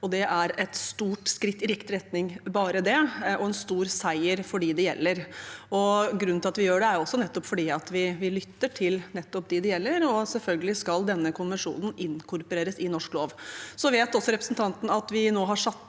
Det er et stort skritt i riktig retning bare det, og en stor seier for dem det gjelder. Grunnen til at vi gjør det, er også nettopp at vi lytter til dem det gjelder, og selvfølgelig skal denne konvensjonen inkorporeres i norsk lov. Så vet også representanten at vi nå har satt